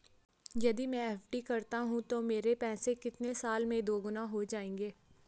यदि मैं एफ.डी करता हूँ तो मेरे पैसे कितने साल में दोगुना हो जाएँगे?